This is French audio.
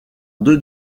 deux